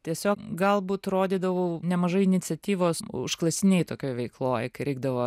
tiesiog galbūt rodydavau nemažai iniciatyvos užklasinėj tokioj veikloj kai reikdavo